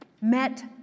met